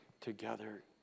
together